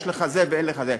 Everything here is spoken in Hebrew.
יש לך זה ואין לך זה.